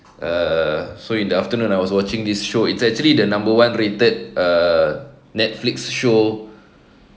err so in the afternoon I was watching this show it's actually the number one rated err Netflix show